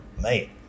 mate